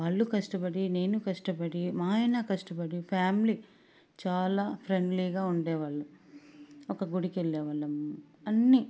వాళ్ళు కష్టపడి నేను కష్టపడి మా ఆయన కష్టపడి ఫ్యామిలీ చాలా ఫ్రెండ్లిగా ఉండే వాళ్లు ఒక గుడికి వెళ్ళేవాళ్ళం అన్ని